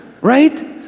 right